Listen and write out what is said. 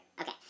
Okay